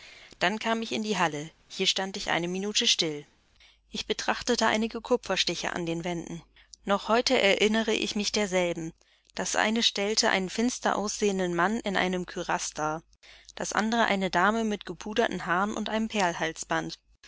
dann kam ich in die halle hier stand ich eine minute still ich betrachtete einige kupferstiche an den wänden noch heute erinnere ich mich derselben das eine stellte einen finster aussehenden mann in einem küraß dar das andere eine dame mit gepuderten haaren und einem